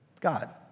God